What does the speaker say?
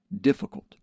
difficult